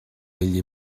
ell